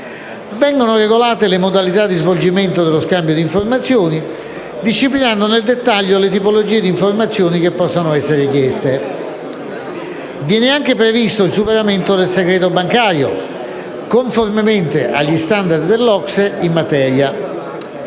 Vengono regolate le modalità di svolgimento dello scambio di informazioni, disciplinando nel dettaglio le tipologie di informazioni che possono essere richieste. Viene anche previsto il superamento del segreto bancario, conformemente agli *standard* dell'OCSE in materia.